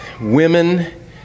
Women